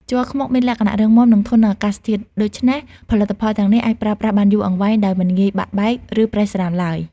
ជ័រខ្មុកមានលក្ខណៈរឹងមាំ និងធន់នឹងអាកាសធាតុ ដូច្នេះ ផលិតផលទាំងនេះអាចប្រើប្រាស់បានយូរអង្វែងដោយមិនងាយបាក់បែក ឬប្រេះស្រាំឡើយ។